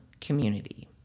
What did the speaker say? community